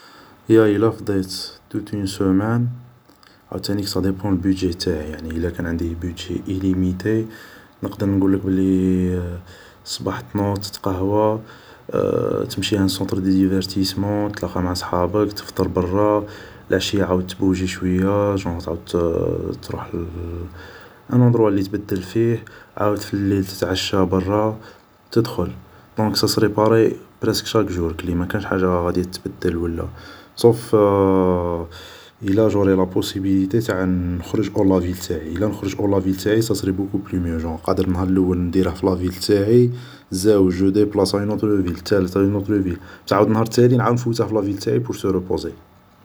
﻿هي الا فضيت توت اون سومان، عاود تانيك صاديبون البيدجي تاعي، يعني ايلا كان عندي بيدجي ايليميتي نقدر نقولك بلي صباح تنوض تتقهوى، تمشي ان صونطر دو ديفارتيسمون، تلاقا معا صحابك، تفطر برا، لعشي عاود تبوجي شوية. جونغ عاود ت-تروح ان اوندروا اللي تبدل فيه، عاود في الليل تتعشا برا، تدخل، دونك سا سري باراي براسك شاك جور، براسك ماكانش حاجا غاديا تتبدل ولا، صوف الا جوري لا بوسيبيليتي تاع نخرج اور لافيل تاعي. ادا نخرج اور لا فيل تاعي صاسري بوكو بلو ميو، جونر قادر النهار اللول نديره في لا فيل تاعي، زاوج جو ديبلاص ا اون اوتر فيل، تالت ا اون اوتر فيل، عاود تالي عاود نفوته في لا فيل تاعي بور سو روبوزي.